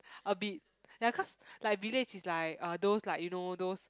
a bit ya cause like village is like uh those like you know those